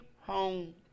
home